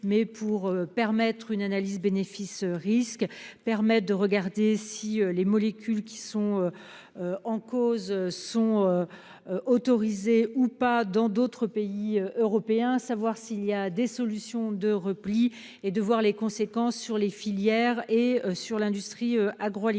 mais de procéder à une analyse bénéfices-risques, de vérifier si les molécules qui sont en cause sont autorisées ou pas dans d'autres pays européens, s'il existe des solutions de repli et d'évaluer les conséquences sur les filières et sur l'industrie agroalimentaire.